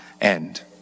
end